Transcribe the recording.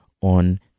on